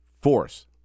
force